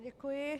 Děkuji.